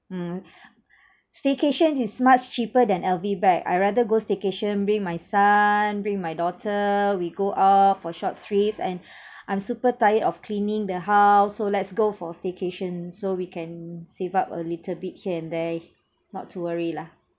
mm staycations is much cheaper than L_V bag I rather go staycation bring my son bring my daughter we go off for short trips and I'm super tired of cleaning the house so let's go for staycations so we can save up a little bit here and there not to worry lah